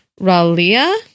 Ralia